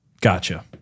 Gotcha